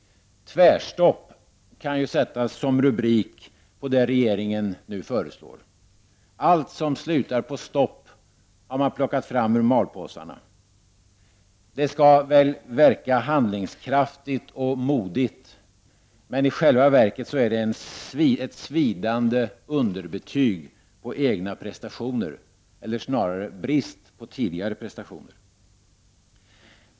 ”Tvärstopp” kan sättas som rubrik på det regeringen nu föreslår. Allt som slutar på stopp har man plockat fram ur malpåsarna. Det skall väl verka handlingskraftigt och modigt. I själva verket är det ett svidande underbetyg på egna prestationer — eller snarare brist på tidigare prestationer.